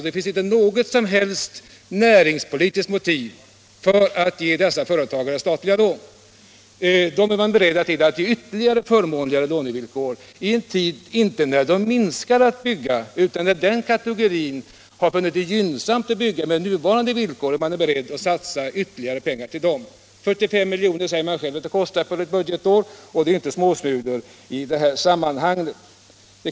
Det finns inte något som helst näringspolitiskt motiv för att ge dessa företagare statliga lån, men man är ändå beredd att låta dem få ännu förmånligare lånevillkor i en tid när denna kategori inte minskar byggandet utan har funnit det gynnsamt att bygga med nuvarande villkor. Trots allt detta är regeringen således beredd att satsa ytterligare pengar — 45 miljoner anger regeringen själv att det kostar för ett budgetår, och det är inte småsmulor i detta sammanhang.